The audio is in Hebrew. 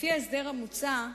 בהמשך להסדר המוצע,